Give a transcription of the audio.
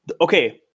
Okay